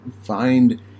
find